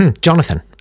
Jonathan